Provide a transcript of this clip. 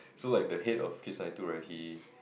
so like the head of kiss ninety two right he